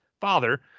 father